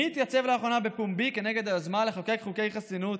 מי התייצב לאחרונה בפומבי כנגד היוזמה לחוקק חוקי חסינות,